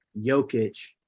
Jokic